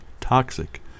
toxic